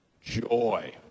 joy